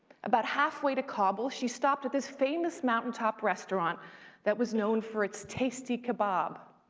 about halfway to kabul, she stopped at this famous mountaintop restaurant that was known for its tasty kabob.